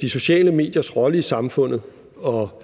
De sociale mediers rolle i samfundet og